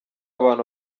abantu